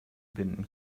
binden